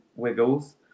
wiggles